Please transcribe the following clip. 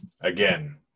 again